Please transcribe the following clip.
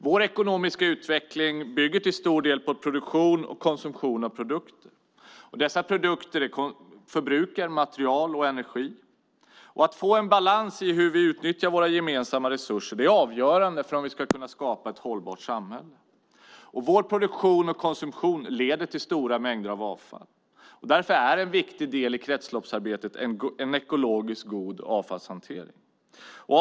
Vår ekonomiska utveckling bygger till stor del på produktion och konsumtion av produkter. Dessa produkter förbrukar material och energi. Att få en balans i hur vi utnyttjar våra gemensamma resurser är avgörande för om vi ska kunna skapa ett hållbart samhälle. Vår produktion och konsumtion leder till stora mängder avfall, och därför är en ekologiskt god avfallshantering en viktig del i kretsloppsarbetet.